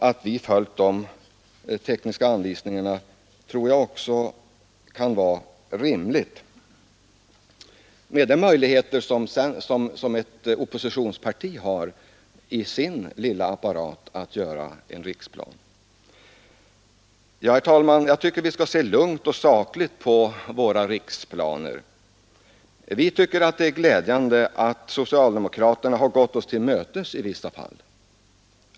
Att vi följt dessa tekniska anvisningar tror jag också kan vara rimligt med hänsyn till de möjligheter som ett oppositionsparti har i sin lilla apparat att göra en riksplan. Herr talman! Jag tycker vi skall se lugnt och sakligt på våra riksplaner. Vi tycker uppriktigt att det är glädjande att socialdemokraterna har gått oss till mötes i vissa fall.